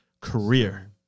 career